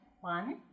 one